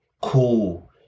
Cool